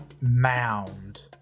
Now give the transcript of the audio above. mound